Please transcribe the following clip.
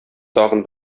тагын